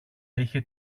είχε